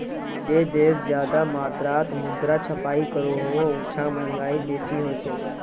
जे देश ज्यादा मात्रात मुद्रा छपाई करोह उछां महगाई बेसी होछे